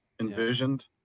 envisioned